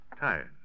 tired